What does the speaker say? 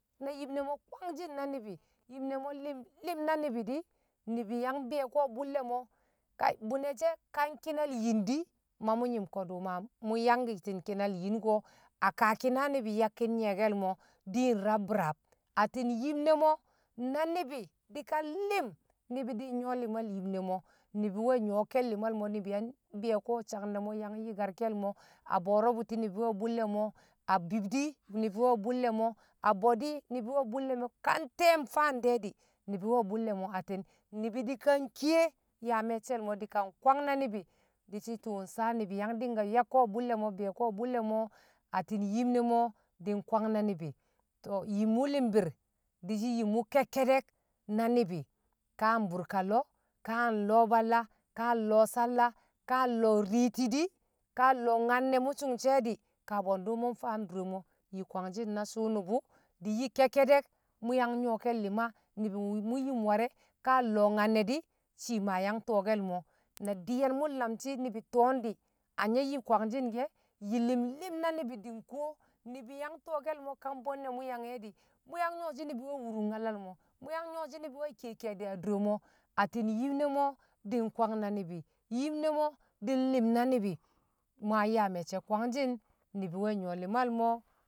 Na yim ne mo̱ kwangshi̱n na ni̱bi̱, yim ne mo̱ li̱mlim na mbi̱ ni̱bi̱ yang bi̱yo̱ko̱ bṵlle̱ nu kai bu̱ne sheka ki̱nal yindi̱ mau nyim ma kodu mun nyankitin kinale yin ko̱ a kaa ki̱na ni̱bi̱ yakki̱n nyi̱ye̱ke̱l mo̱ diin rab biraab atti̱n yim ne̱ mo̱. na ni̱bi̱ dikan lim ni̱bi̱ di̱ nyo li̱mal yim ne mo̱. ni̱bi̱ we̱ nyokel li̱mal ni̱bi̱ yang bi̱yo̱ko̱ sang ne mo̱ yang yi̱karke̱l mo̱ a bo̱o̱ro̱ bo̱ti̱ ni̱bi̱ we̱ bṵlle̱ mo̱ a bidi ni̱bi̱ we̱ bṵlle̱ mo̱, a bwe̱di̱ ni̱bi̱ we̱ bṵlle̱ mo̱ ka nte̱e̱ nFaan de̱ di̱ ni̱bi̱ we̱ bṵlle̱ mo̱ atti̱n ni̱bi̱ de̱kan kiye yaa me̱cce̱l mo̱ di̱kan kwang na ni̱bi̱ di̱shi tṵṵ sa ni̱bi̱ yang dinga yakko̱ a bṵlle̱ mo̱ biyo̱ko̱ bṵlle̱ mo̱ atti̱n yim ne̱ di̱ nkwang na ni̱bi̱ to yim wṵ li̱mbi̱r di̱shi̱ yim wṵ ke̱kke̱de̱k na ni̱bi̱ ka a nbṵrka wo̱ ka a nwo̱ balla, ka a nlo̱o̱ salla kaa nlo̱o̱ riiti di̱ ka a nlo̱o̱ nyanne̱ mṵ sṵngshe di̱ ka bwe̱ndṵ mṵ mFaam dure mo̱ yi kwangshin na sṵṵ nṵbṵ di̱ yi kekke̱de̱k mṵ yang nyo̱ke̱l li̱ma, ni̱bi̱ wṵ mṵ yim war e̱ ka a nlo̱o̱ nyanne di shi ma yang to̱o̱ke̱l me̱ na diyen mu mlamshi ni̱bi̱ to̱o̱n di̱ anya yi kwangshin ke yi li̱mli̱m na ni̱bi̱ di̱ nko, ni̱bi̱ yang to̱o̱ke̱l mo̱ ka nbwe̱nne̱ mṵ yang e̱ di, mṵ yang nyo̱shi̱ ni̱bi̱ yang wurung, nyalal mo̱ mṵ yang nyo̱shi ni̱bi̱ we kiye ke̱e̱di̱ a dure mo̱ atti̱n yim ne mo di̱ nkwang na ni̱bi̱ yim ne̱ mo̱ di̱ nli̱m na ni̱bi̱ mṵ yang yaa me̱cce̱ kwangshi̱n ni̱bi̱ we̱ nyo̱ li̱mal mo̱